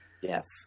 yes